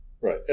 Right